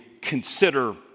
consider